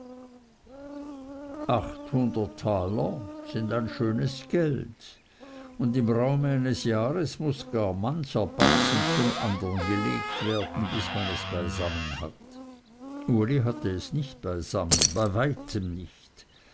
achthundert taler sind ein schönes geld und im raume eines jahres muß gar mancher batzen zum andern gelegt werden bis man es beisammen hat uli hatte es nicht beisammen bei weitem nicht